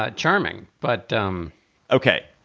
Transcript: ah charming, but um ok,